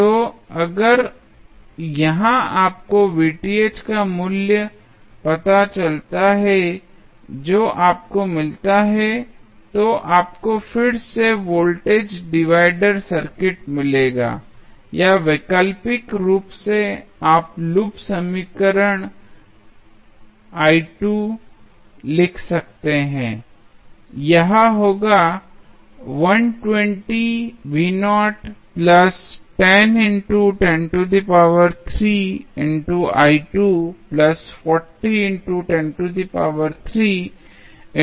तो अगर यहाँ आपको का मूल्य पता चलता है जो आपको मिलता है तो आपको फिर से वोल्टेज डिवाइडर सर्किट मिलेगा या वैकल्पिक रूप से आप लूप समीकरण लिख सकते हैं